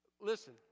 Listen